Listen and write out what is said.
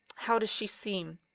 how does she seem?